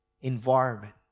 environment